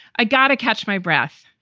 i gotta catch my breath,